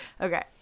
Okay